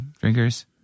drinkers